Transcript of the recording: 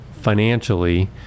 financially